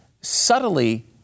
subtly